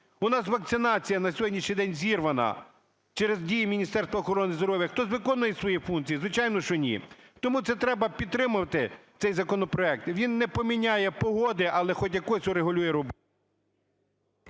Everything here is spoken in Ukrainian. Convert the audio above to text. У нас вакцинація на сьогоднішній день зірвана через дії Міністерства охорони здоров'я. Хтось виконує свої функції? Звичайно, що ні. Тому це треба підтримувати цей законопроект, він не поміняє погоди, але хоч якось урегулює…